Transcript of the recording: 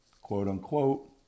quote-unquote